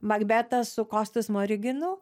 makbetas su kostu smoriginu